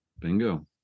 bingo